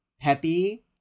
peppy